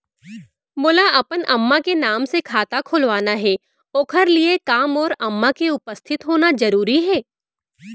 मोला अपन अम्मा के नाम से खाता खोलवाना हे ओखर लिए का मोर अम्मा के उपस्थित होना जरूरी हे?